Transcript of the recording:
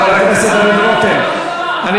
חבר הכנסת דוד רותם, מה, מה קרה?